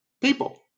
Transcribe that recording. people